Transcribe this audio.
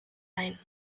ein